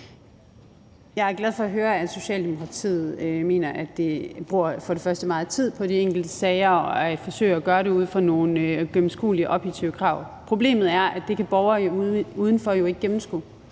Jeg er glad for at høre, at Socialdemokratiet mener, at man for det første bruger meget tid på de enkelte sager, og at man for det andet forsøger at gøre det ud fra nogle gennemskuelige, objektive krav. Problemet er, at det kan borgere udenfor jo ikke gennemskue.